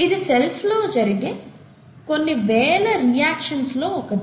ఇది సెల్స్ లో జరిగే కొన్ని వేల రియాక్షన్స్ లో ఒకటి